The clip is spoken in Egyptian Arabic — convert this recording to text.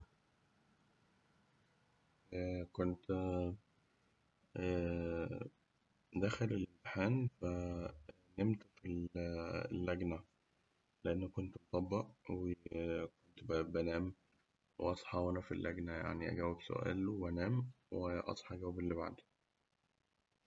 كنت داخل امتحان نمت في ال- اللجنة لأن كنت مطبق وكنت ب- بنام وأصحى وأنا في اللجنة، أجاوب سؤال وأنام، وأصحى أجاوب اللي بعده.